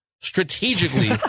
strategically